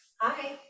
hi